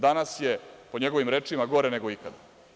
Danas je, po njegovim rečima, gore neko ikad.